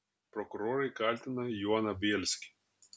prokurorai kaltina joną bielskį